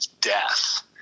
death